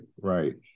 right